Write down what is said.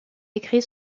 écrit